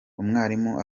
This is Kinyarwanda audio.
umwarimu